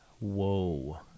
Whoa